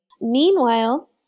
Meanwhile